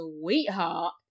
sweetheart